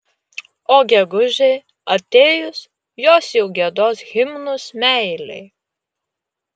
o gegužei atėjus jos jau giedos himnus meilei